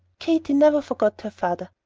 katy never forgot her father.